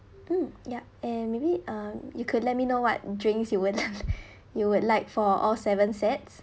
mm ya and maybe uh you could let me know what drinks you would l~ you would like for all seven sets